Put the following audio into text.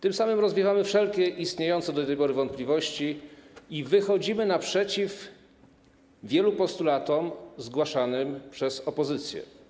Tym samym rozwiewamy wszelkie istniejące do tej pory wątpliwości i wychodzimy naprzeciw wielu postulatom zgłaszanym przez opozycję.